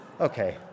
Okay